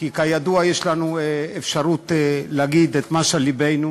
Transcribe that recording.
כי, כידוע, יש לנו אפשרות להגיד את מה שעל לבנו.